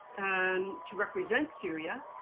and to represent syria,